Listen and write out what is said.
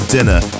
Dinner